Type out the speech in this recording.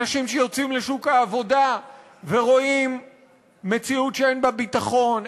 אנשים שיוצאים לשוק העבודה ורואים מציאות שאין בה ביטחון,